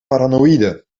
paranoïde